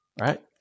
right